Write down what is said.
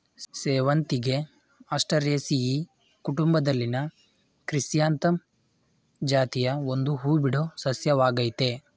ಸೇವಂತಿಗೆ ಆಸ್ಟರೇಸಿಯಿ ಕುಟುಂಬದಲ್ಲಿನ ಕ್ರಿಸ್ಯಾಂಥಮಮ್ ಜಾತಿಯ ಒಂದು ಹೂಬಿಡೋ ಸಸ್ಯವಾಗಯ್ತೆ